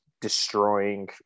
destroying